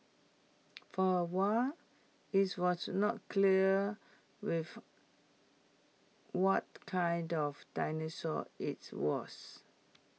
for A while IT was not clear with what kind of dinosaur IT was